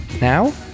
Now